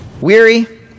weary